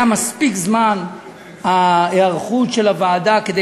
היה מספיק זמן היערכות של הוועדה כדי